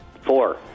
Four